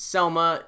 Selma